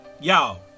Y'all